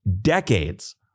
decades